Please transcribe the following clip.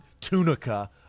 tunica